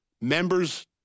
members